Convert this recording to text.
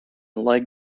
leg